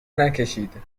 نکشید